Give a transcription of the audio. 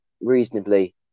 reasonably